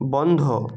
বন্ধ